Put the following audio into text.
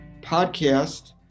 podcast